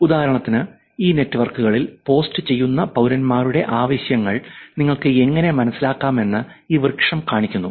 ഉദാഹരണത്തിന് ഈ നെറ്റ്വർക്കുകളിൽ പോസ്റ്റുചെയ്യുന്ന പൌരന്മാരുടെ ആവശ്യങ്ങൾ നിങ്ങൾക്ക് എങ്ങനെ മനസ്സിലാക്കാമെന്ന് ഈ വൃക്ഷം കാണിക്കുന്നു